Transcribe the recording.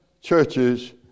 churches